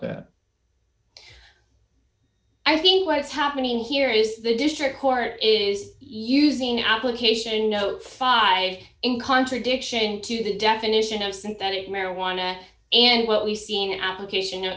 that i think what's happening here is the district court is using application no five in contradiction to the definition i think that marijuana and what we've seen in application